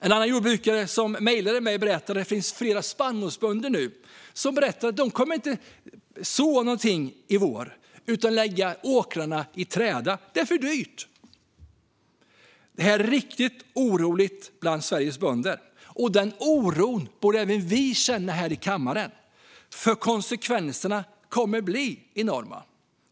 En annan jordbrukare mejlade mig och berättade om flera spannmålsbönder som nu inte tänker så någonting i vår utan lägga åkrarna i träda eftersom det är för dyrt. Det är riktigt oroligt bland Sveriges bönder, och den oron borde även vi i kammaren känna då konsekvenserna kommer att bli enorma.